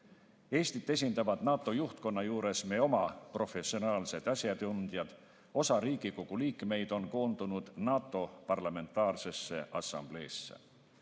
Eestit esindavad NATO juhtkonna juures meie oma professionaalsed asjatundjad. Osa Riigikogu liikmeid on koondunud NATO Parlamentaarsesse Assambleesse.